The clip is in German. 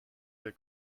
der